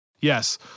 Yes